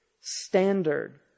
standard